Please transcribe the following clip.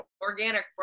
organic